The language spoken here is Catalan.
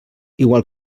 igual